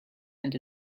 and